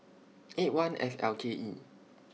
eight one F L K E